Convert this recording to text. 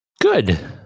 good